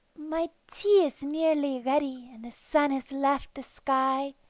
my tea is nearly ready and the sun has left the sky.